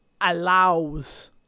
allows